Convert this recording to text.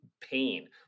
pain